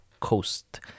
coast